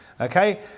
Okay